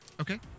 Okay